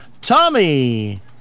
Tommy